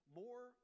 more